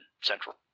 Central